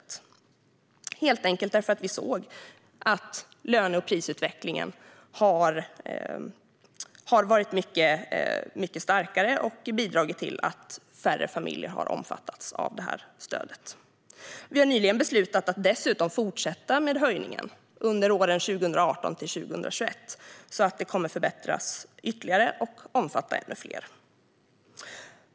Det gjorde vi helt enkelt för att vi såg att löne och prisutvecklingen har varit mycket starkare och bidragit till att färre familjer har omfattats av det här stödet. Vi har nyligen beslutat att dessutom fortsätta med höjningar under åren 2018-2021 så att det förbättras ytterligare och omfattar ännu fler.